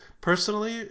personally